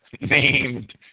named